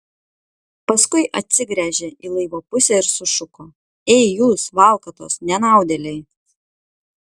paskui atsigręžė į laivo pusę ir sušuko ei jūs valkatos nenaudėliai